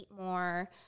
more